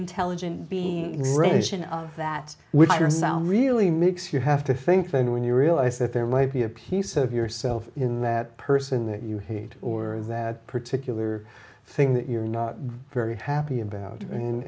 intelligent being religion of that which your sound really makes you have to think then when you realise that there might be a piece of yourself in that person that you hate or that particular thing that you're not very happy about